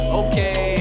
okay